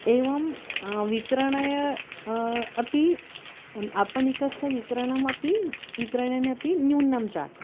एवं विक्रणयम् अपि आपणिकस्य विक्रयणमपि विक्रयणेन अपि न्यूनं जातम्